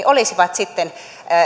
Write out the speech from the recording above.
olisivat sitten